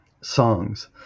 songs